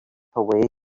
away